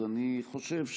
אז אני חושב שצריך,